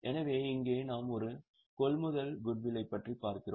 எனவே இங்கே நாம் ஒரு கொள்முதல் குட்வில்லைப்பற்றி பார்க்கிறோம்